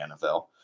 NFL